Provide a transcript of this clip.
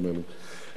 נדמה לי,